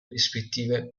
rispettive